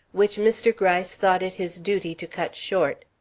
which mr. gryce thought it his duty to cut short.